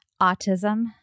autism